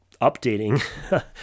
updating